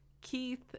Keith